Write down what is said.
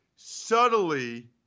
subtly